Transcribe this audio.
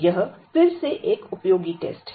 यह फिर से एक उपयोगी टेस्ट है